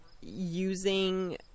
using